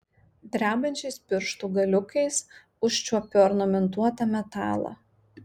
drebančiais pirštų galiukais užčiuopiu ornamentuotą metalą